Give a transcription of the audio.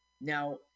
Now